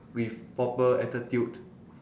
with proper attitude